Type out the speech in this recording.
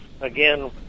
again